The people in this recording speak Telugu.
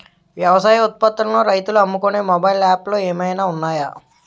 వ్యవసాయ ఉత్పత్తులను రైతులు అమ్ముకునే మొబైల్ యాప్ లు ఏమైనా ఉన్నాయా?